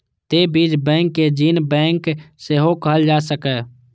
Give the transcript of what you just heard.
तें बीज बैंक कें जीन बैंक सेहो कहल जा सकैए